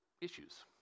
issues